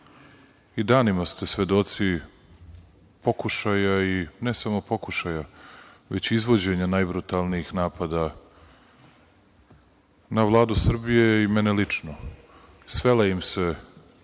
i danima ste svedoci pokušaja i ne samo pokušaja, već izvođenja najbrutalnijih napada na Vladu Srbije i mene lično. Svela im se